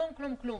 כלום כלום כלום.